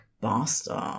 bastard